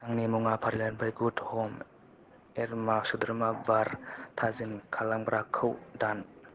आंनि मुवा फारिलाइनिफ्राय गुड हम एरमा मोदोम्फ्रु बार थाजिम खालामग्राखौ दान